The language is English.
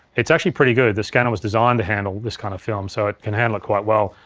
it's actually pretty good. the scanner was designed to handle this kind of film so it can handle it quite well,